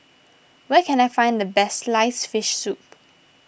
where can I find the Best Sliced Fish Soup